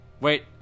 wait